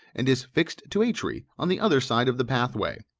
and is fixed to a tree on the other side of the pathway.